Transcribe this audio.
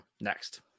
next